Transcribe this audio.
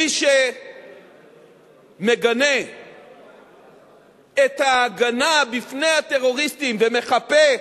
מי שמגנה את ההגנה מפני הטרוריסטים ומחפה,